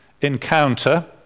encounter